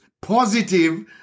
positive